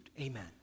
Amen